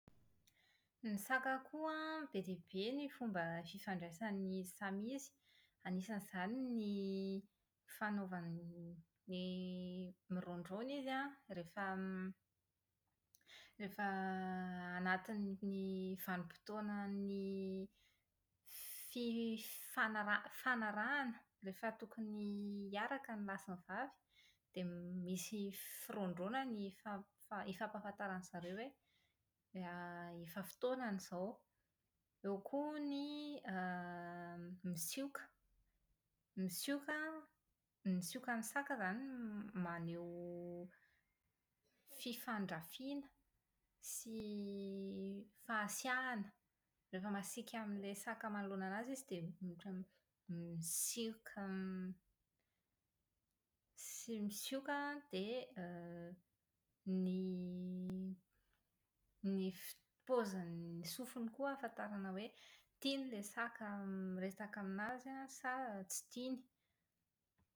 Ny saka koa an, be dia be ny fomba fifandraisan'izy samy izy. Anisan'izany ny fanaovany ny miraondraona izy an, rehefa rehefa anatin'ny vanimpotoanan'ny fifanaraha- fanarahana. Rehefa tokony hiaraka ny lahy sy ny vavy dia misy firaondraonany hifamp- hifampahafantarandry zareo hoe efa fotoanany izao. Eo koa ny > misioka. Ny sioka an, ny siokan'ny saka izany maneho fifandrafiana sy fahasiahana. Rehefa masiaka amin'ilay saka manoloana azy izy dia misioka sy sy misioka dia ny ny fi- paozin'ny sofiny koa ahafantarana hoe tiany ilay saka mirefaka aminazy an sa tsy tiany.